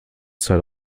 zeit